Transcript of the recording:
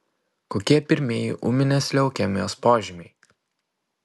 kokie pirmieji ūminės leukemijos požymiai